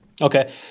Okay